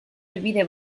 helbide